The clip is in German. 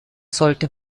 sollte